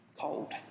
cold